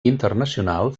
internacional